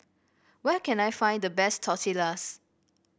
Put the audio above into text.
where can I find the best Tortillas